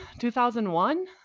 2001